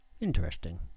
interesting